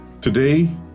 Today